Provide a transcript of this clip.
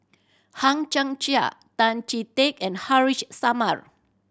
Hang Chang Chieh Tan Chee Teck and Haresh Sharma